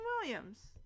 Williams